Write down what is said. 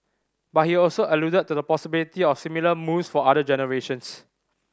but he also alluded to the possibility of similar moves for other generations